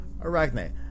Arachne